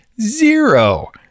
Zero